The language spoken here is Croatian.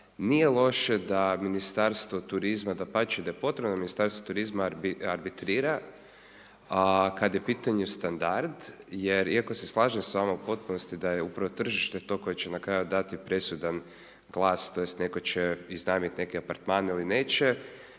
nije loše da Ministarstvo turizma, dapače, da je potrebno da Ministarstvo turizma arbitrira a kad je u pitanju standard jer iako se slažem s vama da je u potpunosti upravo tržište to koje ć na kraju dati presudan glas tj. netko će iznajmiti neke apartmane ili neće.